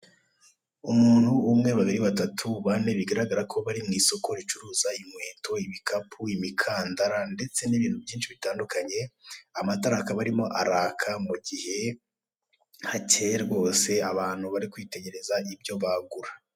Umuntu umwe babiri batatu bane bigaragara ko bari mu isoko ricuruza inkweto, ibikapu, imikandara ndeste n'ibintu byinshi bitandukanye. Amatara akaba arimo araka mugihe hakeye rwose abantu bari kwitegereza ibyo bagura.